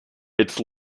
its